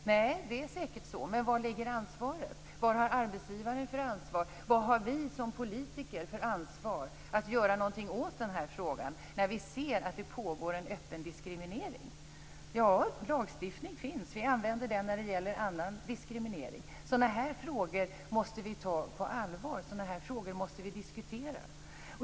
Det är säkert så. Men var ligger ansvaret? Vad har arbetsgivaren för ansvar? Vilket ansvar har vi som politiker för att göra något åt frågan, när vi ser att det pågår en öppen diskriminering? Lagstiftning finns. Vi använder den när det gäller annan diskriminering. Sådana frågor måste vi ta på allvar och diskutera.